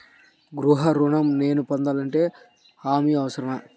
గృహ ఋణం నేను పొందాలంటే హామీ అవసరమా?